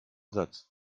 satz